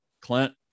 Clint